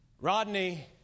Rodney